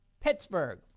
Pittsburgh